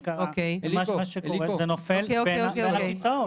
זה נופל בין הכיסאות.